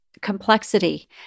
complexity